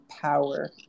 power